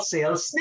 Sales